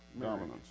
dominance